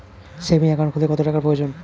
Savings account খুলতে কত টাকার প্রয়োজন?